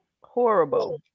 horrible